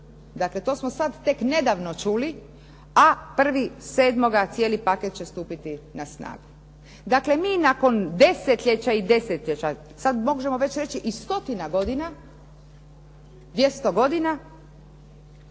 dakle to smo sada tek nedavno čuli, a 1. 7. cijeli paket će stupiti na snagu. Dakle, mi nakon desetljeća i desetljeća sad možemo već reći i stotina godina 200 godina